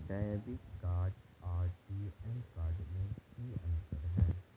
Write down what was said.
Debit card आर ATM card में की अंतर है?